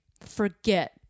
forget